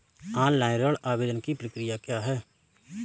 Online ऋण आवेदन की प्रक्रिया क्या है?